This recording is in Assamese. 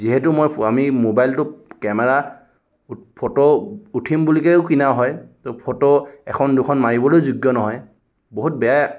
যিহেতু মই আমি মোবাইলটো কেমেৰা ফটো উঠিম বুলিকেই কিনা হয় তো ফটো এখন দুখন মাৰিবলৈ যোগ্য নহয় বহুত বেয়া